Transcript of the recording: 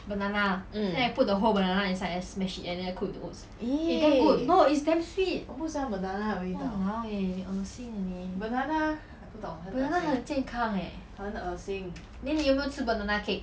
mm !ee! 我不喜欢 banana 的味道 banana 我不懂很恶心很恶心